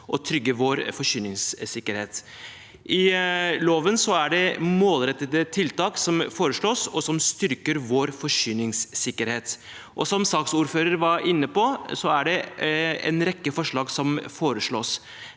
oss og vår forsyningssikkerhet. I loven er det målrettede tiltak som foreslås, og som styrker vår forsyningssikkerhet. Som saksordføreren var inne på, er det en rekke forslag som legges